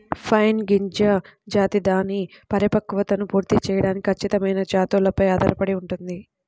pine గింజ జాతి దాని పరిపక్వతను పూర్తి చేయడానికి ఖచ్చితమైన జాతులపై ఆధారపడి ఉంటుంది